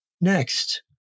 Next